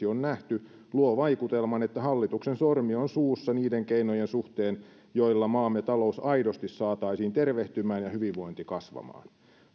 on nähty luo vaikutelman että hallituksen sormi on suussa niiden keinojen suhteen joilla maamme talous aidosti saataisiin tervehtymään ja hyvinvointi kasvamaan